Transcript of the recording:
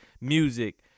music